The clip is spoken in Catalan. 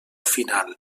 final